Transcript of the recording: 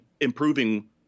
improving